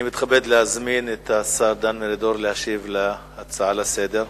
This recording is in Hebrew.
אני מתכבד להזמין את השר דן מרידור להשיב על ההצעה לסדר-היום.